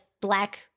Black